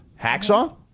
Hacksaw